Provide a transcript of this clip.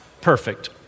perfect